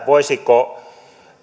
voisiko